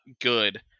good